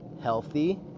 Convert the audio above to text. healthy